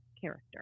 character